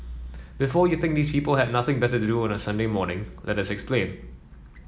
before you think these people had nothing better to do on a Sunday morning let us explain